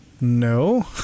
no